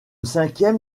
cinquième